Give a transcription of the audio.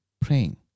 praying